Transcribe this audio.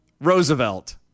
Roosevelt